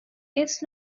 it’s